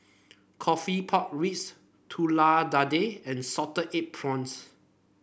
coffee Pork Ribs Telur Dadah and Salted Egg Prawns